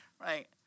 right